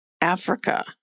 Africa